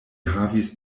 havis